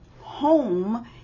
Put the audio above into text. home